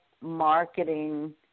marketing